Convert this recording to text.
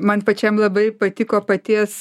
man pačiam labai patiko paties